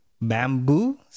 bamboo